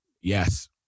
Yes